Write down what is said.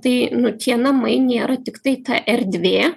tai nu tie namai nėra tiktai ta erdvė